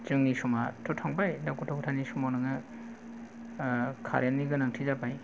जोंनि समाथ' थांबाय दा गथ' गथायनि समाव नोङो खारेन्ट नि गोनांथि जाबाय